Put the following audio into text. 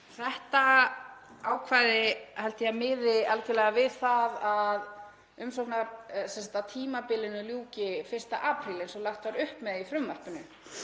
Þetta ákvæði held ég að miði algerlega við það að tímabilinu ljúki 1. apríl, eins og lagt var upp með í frumvarpinu,